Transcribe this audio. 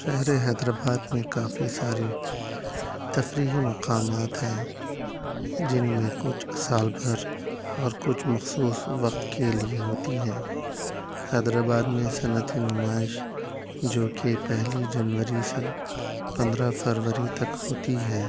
شہر حیدرآباد میں کافی سارے تفریحی مقامات ہیں جن میں کچھ سال بھر اور کچھ مخصوص وقت کے لیے ہوتی ہیں حیدرآباد میں صنعتی نمائش جو کہ پہلی جنوری سے پندرہ فروری تک ہوتی ہے